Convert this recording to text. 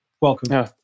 Welcome